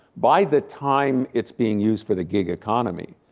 by the time it's being used for the gig economy